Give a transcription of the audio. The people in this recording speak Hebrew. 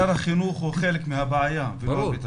שר החינוך הוא חלק מהבעיה ולא הפתרון.